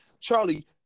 Charlie